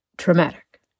traumatic